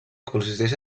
consisteix